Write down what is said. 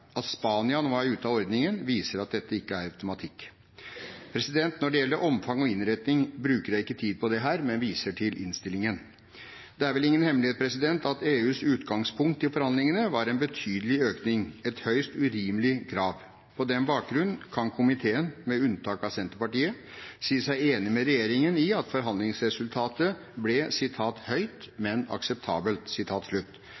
At Spania nå er ute av ordningen, viser at dette ikke er automatikk. Når det gjelder omfang og innretning, bruker jeg ikke tid på det her, men viser til innstillingen. Det er vel ingen hemmelighet at EUs utgangspunkt i forhandlingene var en betydelig økning – et høyst urimelig krav. På den bakgrunn kan komiteen, med unntak av Senterpartiet, si seg enig med regjeringen i at forhandlingsresultatet ble